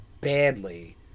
badly